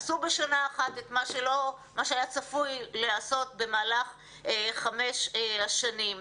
הם עשו בשנה אחת את מה שהיה צפוי להיעשות במהלך חמש השנים.